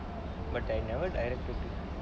but I never directed it